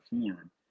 form